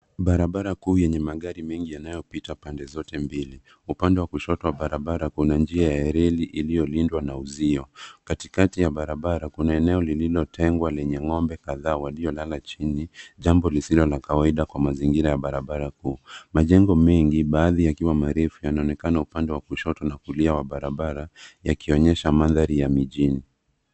Barabara kuu yenye magari mengi yanayopita pande zote mbili. Upande wa kushoto wa barabara kuna njia ya reli iliyolindwa na uzio. Katikati ya barabara kuna eneo lililotengwa lenye ng'ombe kadhaa waliolala chini, jambo lisilo la kawaida kwa mazingira ya barabara kuu. Majengo mengi baadhi yakiwa marefu yanaonekana upande wa kushoto na kulia wa barabara yakionyesha mandhari ya mijini.